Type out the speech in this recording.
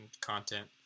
content